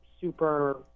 super